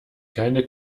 keine